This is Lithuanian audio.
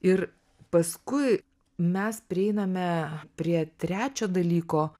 ir paskui mes prieiname prie trečio dalyko